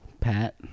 Pat